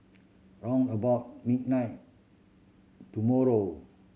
round about midnight tomorrow